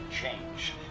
change